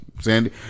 Sandy